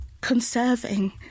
conserving